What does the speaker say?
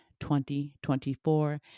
2024